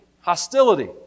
hostility